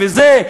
וזה,